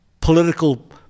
political